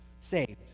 Saved